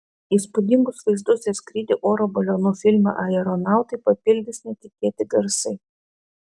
įspūdingus vaizdus ir skrydį oro balionu filme aeronautai papildys netikėti garsai